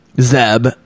Zeb